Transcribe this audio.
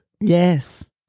Yes